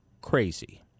crazy